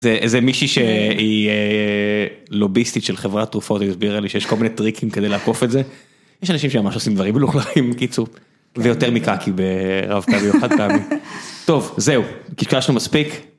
איזה מישהי שהיא לוביסטית של חברת תרופות היא הסבירה לי שיש כל מיני טריקים כדי לעקוף את זה. יש אנשים שממש עושים דברים מלוכלכים קיצור. ויותר מקקי ברב פעמי או חד פעמי. טוב זהו, קשקשנו מספיק